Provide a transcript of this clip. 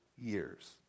years